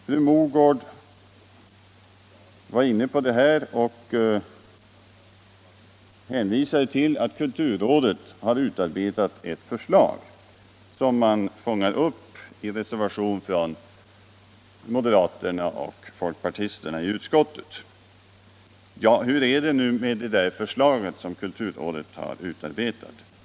Fru Mogård hänvisade till att kulturrådet har utarbetat ett förslag, som man fångar upp i reservation från moderaterna och folkpartisterna I utskottet. | Hur är det nu med det förslag som kulturrådet har utarbetat?